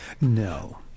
No